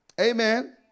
Amen